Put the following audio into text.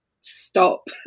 stop